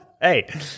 Hey